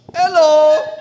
Hello